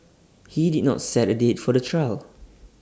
he did not set A date for the trial